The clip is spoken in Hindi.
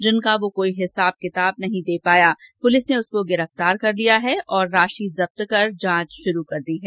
जिनका वो कोई हिसाब किताब नहीं दे सका पुलिस ने उसको गिरफ्तार कर लिया है और राशि जब्त कर जांच शुरू कर दी है